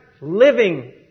living